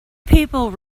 people